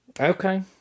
Okay